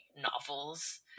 novels